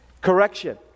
Correction